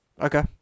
Okay